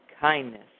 kindness